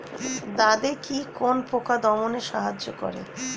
দাদেকি কোন পোকা দমনে সাহায্য করে?